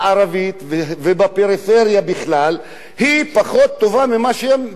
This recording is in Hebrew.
ובפריפריה בכלל היא פחות טובה ממה שיש במרכז,